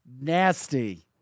Nasty